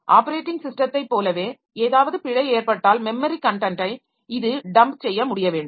operating ஸிஸ்டத்தை போலவே ஏதாவது பிழை ஏற்பட்டால் மெமரி கன்டென்ட்டை இது டம்ப் செய்ய முடிய வேண்டும்